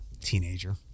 teenager